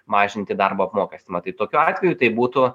mažinti darbo apmokestinimą tai tokiu atveju tai būtų